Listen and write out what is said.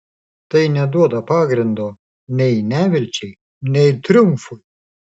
tai neduoda pagrindo nei nevilčiai nei triumfui